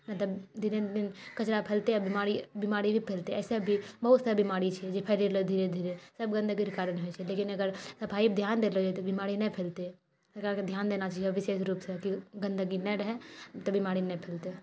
नहि तऽ धीरे धीरे कचरा फैलतै आओर बीमारी भी फैलतै एहिसँ भी बहुत बीमारी छै जे फैलै छै धीरे धीरे सब गन्दगीके कारण होइ छै लेकिन अगर सफाइपर धिआन देलऽ जेतै बीमारी नहि फैलतै सरकारके धिआन देना चाहिअऽ विशेष रूपसँ कि गन्दगी नहि रहै तऽ बीमारी नहि फैलतै